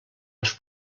els